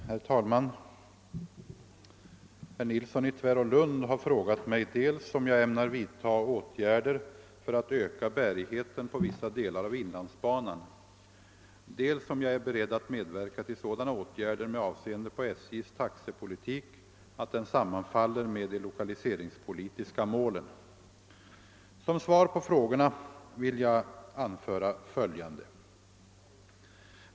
Herr talman! Herr Nilsson i Tvärålund har frågat mig dels om jag ämnar vidta åtgärder för att öka bärigheten på vissa delar av inlandsbanan, dels om jag är beredd att medverka till sådana åtgärder med avseende på SJ:s taxepolitik att den sammanfaller med de lokaliseringspolitiska målen. Som svar på frågorna vill jag anföra följande.